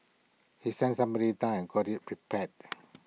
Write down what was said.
he sent somebody down and got IT repaired